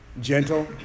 Gentle